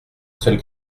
seul